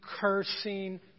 cursing